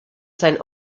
sein